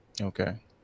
Okay